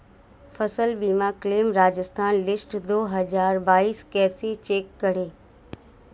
फसल बीमा claim Rajasthan list दो हज़ार बाईस कैसे चेक करें?